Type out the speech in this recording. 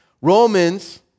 Romans